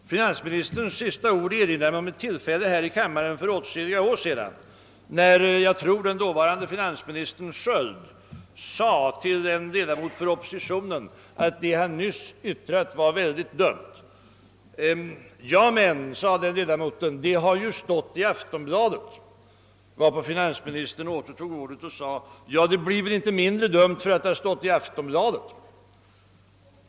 Herr talman! Finansministerns sista ord påminner mig om ett tillfälle här i kammaren för åtskilliga år sedan, då herr Sköld — dåvarande finansminister tror jag — till en ledamot av oppositionen :sade att det denne nyss hade yttrat var mycket dumt. Ja, men, sade den anklagade ledamoten, det har ju stått i Aftonbladet. Varpå finansministern åter begärde ordet och sade: Det blir väl inte mindre dumt för att det har stått i Aftonbladet!